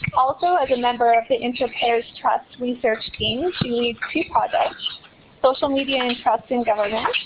also as a member of the interpares trust research team, she leads two projects social media and trust in government,